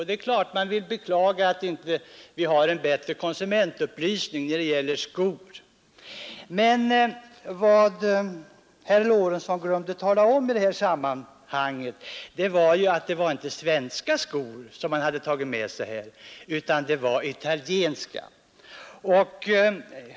Det är klart att man vill beklaga att vi inte har en bättre konsumentupplysning när det gäller skor, men vad herr Lorentzon glömde att tala om i detta sammanhang var att det som han hade tagit med sig inte var svenska skor utan italienska.